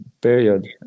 period